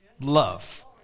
Love